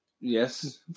Yes